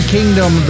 Kingdom